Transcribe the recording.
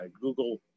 Google